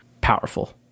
Powerful